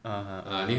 ah ah ah ah